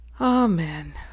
Amen